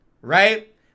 right